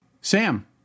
Sam